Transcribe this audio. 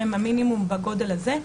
שהם המינימום בגודל הזה,